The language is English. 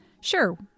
Sure